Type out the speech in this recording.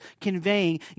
conveying